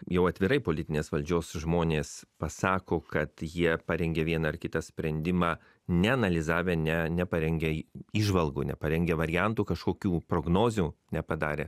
jau atvirai politinės valdžios žmonės pasako kad jie parengė vieną ar kitą sprendimą neanalizavę ne neparengę įžvalgų neparengę variantų kažkokių prognozių nepadarę